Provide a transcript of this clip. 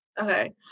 okay